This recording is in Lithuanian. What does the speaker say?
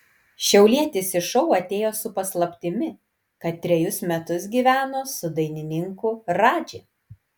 šiaulietis į šou atėjo su paslaptimi kad trejus metus gyveno su dainininku radži